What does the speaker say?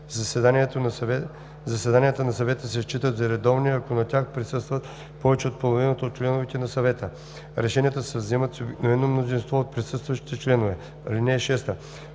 Заседанията на съвета се считат за редовни, ако на тях присъстват повече от половината от членовете на съвета. Решенията се вземат с обикновено мнозинство от присъстващите членове. (6)